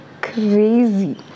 crazy